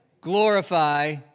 glorify